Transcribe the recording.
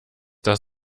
das